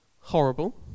horrible